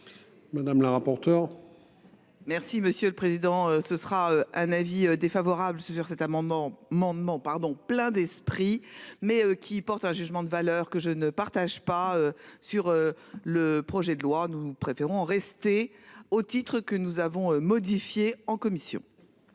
Madame la rapporteure. Merci monsieur le président, ce sera un avis défavorable sur cet amendement Mandement pardon, plein d'esprit mais qui porte un jugement de valeur que je ne partage pas sur le projet de loi. Nous préférons rester. Au titre que nous avons modifié en commission.